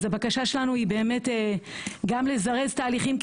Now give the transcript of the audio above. אז הבקשה שלנו היא באמת גם לזרז תהליכים,